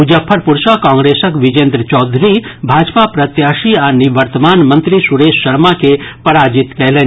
मुजफ्फरपुर सॅ कांग्रेसक विजेन्द्र चौधरी भाजपा प्रत्याशी आ निवर्तमान मंत्री सुरेश शर्मा के पराजित कयलनि